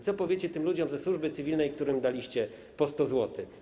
Co powiecie ludziom ze służby cywilnej, którym daliście po 100 zł?